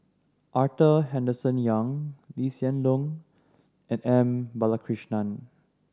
Arthur Henderson Young Lee Hsien Loong and M Balakrishnan